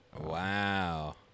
Wow